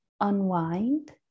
unwind